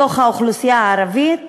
באוכלוסייה הערבית,